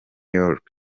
york